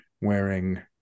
Wearing